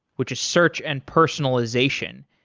which is search and personalization.